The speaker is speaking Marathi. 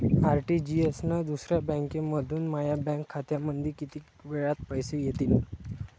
आर.टी.जी.एस न दुसऱ्या बँकेमंधून माया बँक खात्यामंधी कितीक वेळातं पैसे येतीनं?